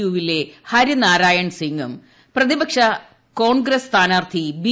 U വിലെ ഹരിനാരായണൻ സിംഗും പ്രതിപക്ഷ കോൺഗ്രസ് സ്ഥാനാർത്ഥി ബി